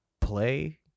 play